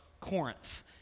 Corinth